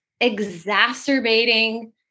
exacerbating